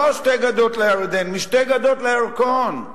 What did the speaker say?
לא שתי גדות לירדן, שתי גדות לירקון,